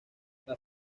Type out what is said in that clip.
las